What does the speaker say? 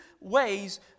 ways